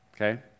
okay